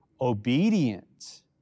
Obedient